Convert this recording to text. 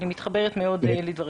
אני מתחברת מאוד לדבריך.